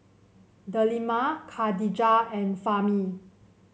Delima Khadija and Fahmi